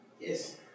Yes